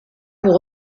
pour